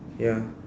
ya